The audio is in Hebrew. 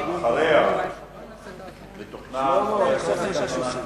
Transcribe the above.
אחריה מתוכנן חבר הכנסת יוחנן פלסנר.